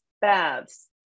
baths